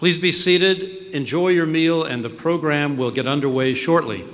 please be seated enjoy your meal and the program will get underway shortly